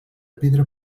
pedra